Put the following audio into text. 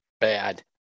bad